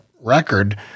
record